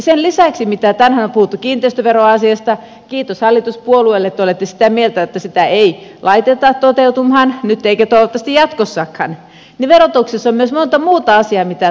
sen lisäksi mitä tänään on puhuttu kiinteistöveroasiasta kiitos hallituspuolueille te olette sitä mieltä että sitä ei laiteta toteutumaan nyt eikä toivottavasti jatkossakaan verotuksessa on myös monta muuta asiaa mitä tulisi kehittää